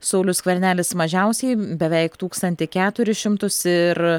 saulius skvernelis mažiausiai beveik tūkstantį keturis šimtus ir